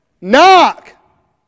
Knock